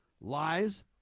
lies